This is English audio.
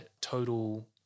total